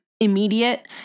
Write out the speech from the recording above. immediate